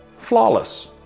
flawless